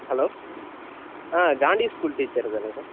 hello ஆ ஜாண்டி school teacher தானே சார்